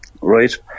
Right